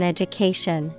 Education